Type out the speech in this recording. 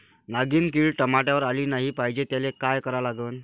नागिन किड टमाट्यावर आली नाही पाहिजे त्याले काय करा लागन?